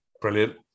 Brilliant